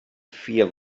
feel